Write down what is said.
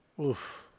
Oof